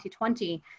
2020